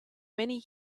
many